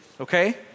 okay